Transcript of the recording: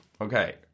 Okay